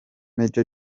maj